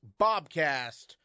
Bobcast